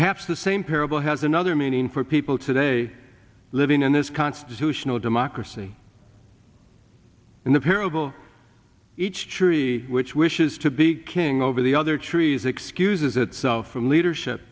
perhaps the same parable has another meaning for people today living in this constitutional democracy in the parable each tree which wishes to be king over the other trees excuses itself from leadership